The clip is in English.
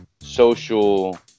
social